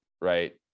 right